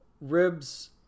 Ribs